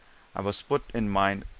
i was put in mind,